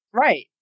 Right